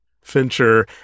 Fincher